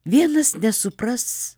vienas nesupras